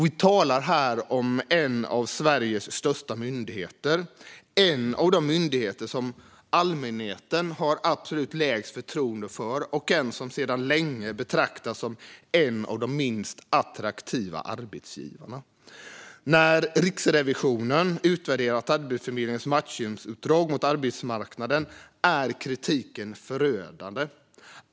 Vi talar här om en av Sveriges största myndigheter. Det är en av de myndigheter som allmänheten har absolut lägst förtroende för och en som sedan länge betraktas som en av de minst attraktiva arbetsgivarna. När Riksrevisionen utvärderat Arbetsförmedlingens matchningsuppdrag mot arbetsmarknaden har kritiken varit förödande.